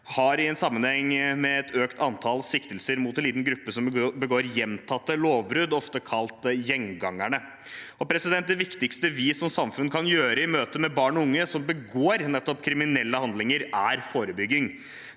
har sammenheng med et økt antall siktelser mot en liten gruppe som begår gjentatte lovbrudd, ofte kalt gjengangerne. Det viktigste vi som samfunn kan gjøre i møte med barn og unge som begår nettopp kriminelle handlinger, er forebygging.